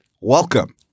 welcome